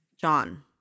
John